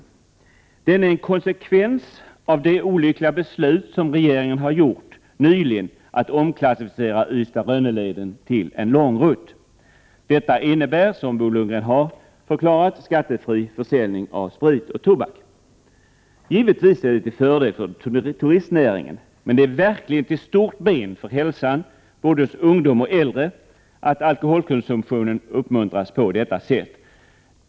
Denna fråga är en konsekvens av det olyckliga beslut som regeringen nyligen har fattat, att omklassificera leden Ystad—-Rönne till en lång rutt. Detta innebär, som Bo Lundgren har förklarat, skattefri försäljning av sprit och tobak. Givetvis är den till fördel för turistnäringen. Men det är verkligen till stort men för hälsan, både hos ungdomar och äldre, att alkoholkonsumtionen uppmuntras på detta sätt.